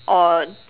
or